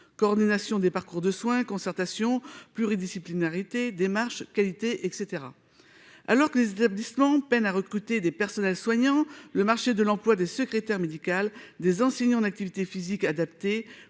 coordination des parcours de soins, concertation, pluridisciplinarité, démarche qualité, etc. Alors que les établissements peinent à recruter des personnels soignants, le marché de l'emploi des secrétaires médicales, des enseignants en activité physique adaptée